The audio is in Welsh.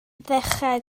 ddechrau